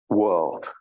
world